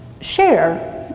share